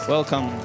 Welcome